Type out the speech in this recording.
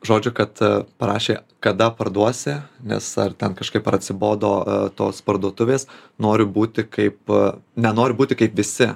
žodžiu kad parašė kada parduosi nes ar ten kažkaip ar atsibodo a tos parduotuvės noriu būti kaip nenoriu būti kaip visi